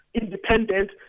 independent